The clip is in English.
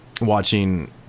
watching